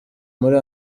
muri